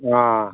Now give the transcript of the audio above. ꯑꯪ